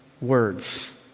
words